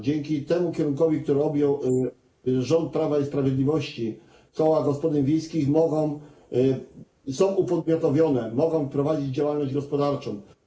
Dzięki temu kierunkowi, który objął rząd Prawa i Sprawiedliwości, koła gospodyń wiejskich są upodmiotowione, mogą prowadzić działalność gospodarczą.